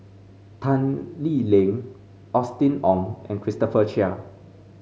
Tan Lee Leng Austen Ong and Christopher Chia